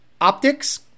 optics